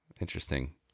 Interesting